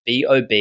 bob